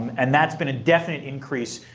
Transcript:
and that's been a definite increase.